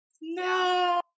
no